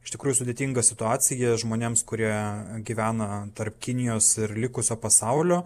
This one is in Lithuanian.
iš tikrųjų sudėtinga situacija žmonėms kurie gyvena tarp kinijos ir likusio pasaulio